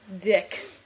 Dick